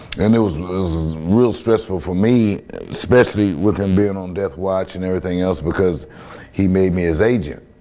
and it was was real stressful for me especially with him being on death watch and everything else because he made me his agent.